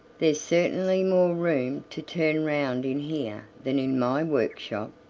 there's certainly more room to turn round in here than in my workshop.